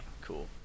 cool